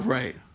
right